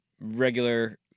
regular